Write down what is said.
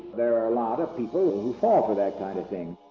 there are a lot of people who fall for that kind of thing.